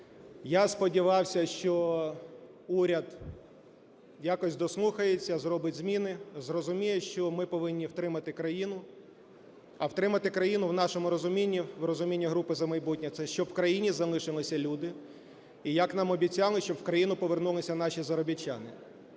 Я сподівався, що уряд якось дослухається, зробить зміни, зрозуміє, що ми повинні втримати країну, а втримати країну у нашому розумінні, у розумінні групи "За майбутнє" – це щоб в країні залишилися люди і, як нам обіцяли, щоб в країну повернулися наші заробітчани.